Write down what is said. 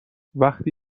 وقتی